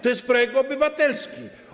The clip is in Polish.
To jest projekt obywatelski.